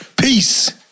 Peace